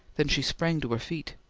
then she sprang to her feet.